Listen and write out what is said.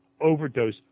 overdose